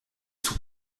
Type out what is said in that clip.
sont